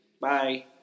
Bye